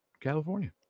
California